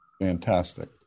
Fantastic